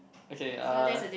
okay uh